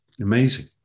Amazing